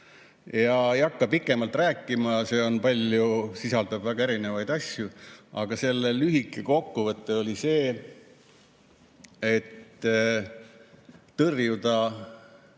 Ma ei hakka pikemalt rääkima, see sisaldab väga erinevaid asju, aga selle lühike kokkuvõte oli see, et tõrjutakse